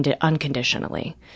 unconditionally